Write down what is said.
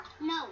No